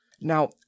Now